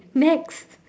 next